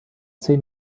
zehn